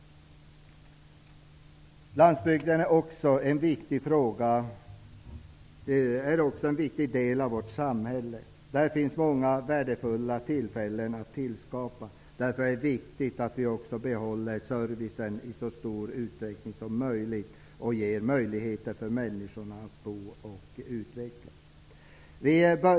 Landsbygden är en viktig del av vårt samhälle. Där finns många värdefulla arbetstillfällen att tillskapa, och därför är det viktigt att vi också behåller servicen i så stor utsträckning som möjligt och ger människorna möjlighet att bo och utvecklas där.